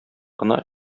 кына